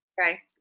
okay